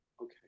Okay